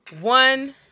One